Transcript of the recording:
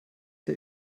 der